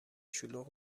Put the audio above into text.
شلوغ